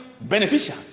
beneficial